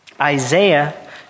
Isaiah